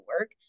work